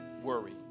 worry